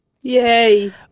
Yay